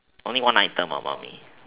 only one item ah mummy